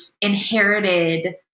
inherited